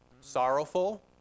sorrowful